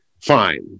Fine